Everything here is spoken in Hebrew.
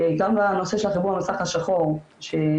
גם לנושא של החיבור למסך השחור שהסברתי,